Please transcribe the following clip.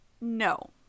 No